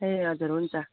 ए हजुर हुन्छ